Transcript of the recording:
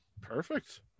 Perfect